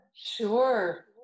sure